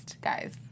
guys